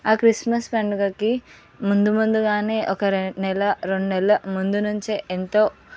ఆ క్రిస్మస్ పండుగకి ముందు ముందుగానే ఒక నెల రెండు నెలల ముందు నుంచే ఎంతో